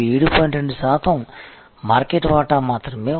2 శాతం మార్కెట్ వాటా మాత్రమే ఉంది